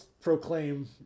proclaim